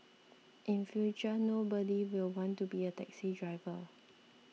in future nobody will want to be a taxi driver